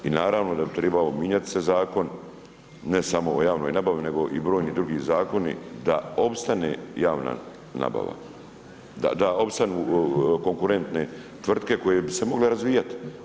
I naravno da bi trebalo mijenjat zakon ne samo o javnoj nabavi nego i brojni drugi zakoni da opstane javna nabava da opstanu konkurentne tvrtke koje bi se mogle razvijati.